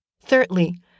Thirdly